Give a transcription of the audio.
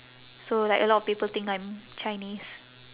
so like a lot of people think I'm chinese